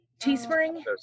Teespring